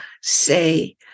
say